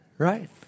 Right